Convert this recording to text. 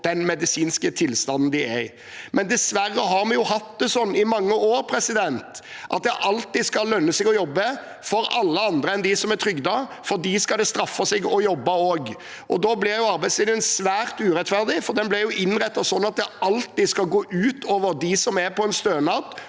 den medisinske tilstanden de er i. Dessverre har vi i mange år hatt det sånn at det alltid skal lønne seg å jobbe for alle andre enn dem som er trygdet. For dem skal det straffe seg å jobbe også. Da blir arbeidslinjen svært urettferdig, for den blir jo innrettet sånn at det alltid skal gå ut over dem som er på en stønad,